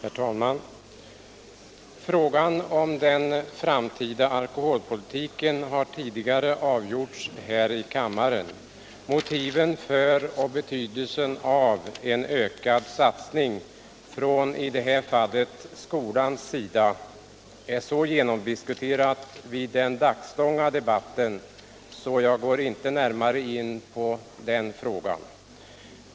Herr talman! Frågan om den framtida alkoholpolitiken har tidigare avgjorts här i kammaren. Motiven för och betydelsen av en ökad satsning från i det här fallet skolans sida blev så genomdiskuterade vid den dagslånga debatten att jag nu inte går närmare in på den frågan.